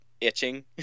itching